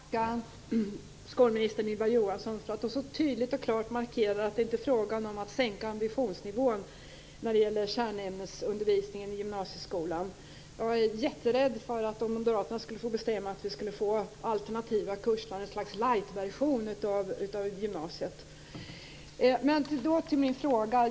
Herr talman! Först vill jag tacka skolminister Ylva Johansson för att hon så tydligt och klart markerar att det inte är fråga om att sänka ambitionsnivån när det gäller kärnämnesundervisningen i gymnasieskolan. Om moderaterna skulle få bestämma är jag rädd för att vi skulle få alternativa kurser och något slags lightversion av gymnasiet. Över till min fråga.